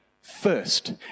First